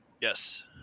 Yes